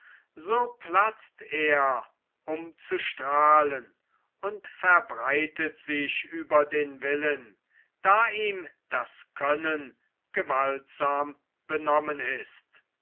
so platzt er um zu strahlen und verbreitet sich über den willen da ihm das können gewaltsam benommen ist